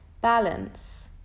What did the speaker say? balance